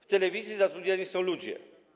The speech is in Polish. W telewizji zatrudniani są ludzie.